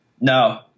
No